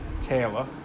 Taylor